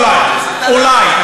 אולי, אולי.